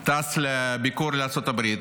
טס לביקור בארצות הברית.